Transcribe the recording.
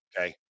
Okay